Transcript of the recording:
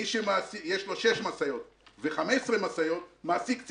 מי שיש לו 6 משאיות ו-15 משאיות מעסיק קצין